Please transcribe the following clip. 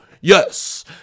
Yes